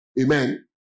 Amen